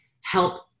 help